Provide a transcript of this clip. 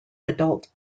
adult